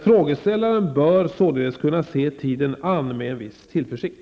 Frågeställaren bör således kunna se tiden an med en viss tillförsikt.